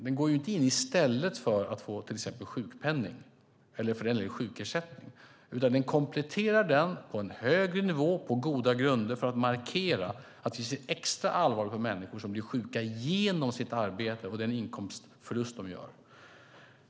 Den går inte in i stället för till exempel sjukpenning eller för den delen sjukersättning, utan den kompletterar den på en högre nivå, på goda grunder, för att markera att vi ser extra allvarligt på människor som blir sjuka genom sitt arbete och den inkomstförlust de gör.